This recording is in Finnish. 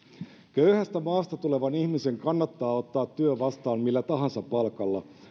köyhästä maasta tulevan ihmisen kannattaa ottaa työ vastaan millä tahansa palkalla